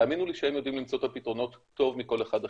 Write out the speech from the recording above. תאמינו לי שהם יודעים למצוא את הפתרונות טוב מכל אחד אחר.